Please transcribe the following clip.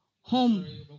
home